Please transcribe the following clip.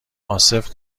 عاصف